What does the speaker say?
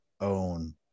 own